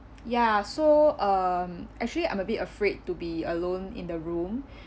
ya so um actually I'm a bit afraid to be alone in the room